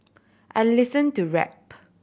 I listen to rap